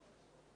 המשפטים.